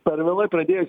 per vėlai pradėjo